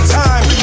time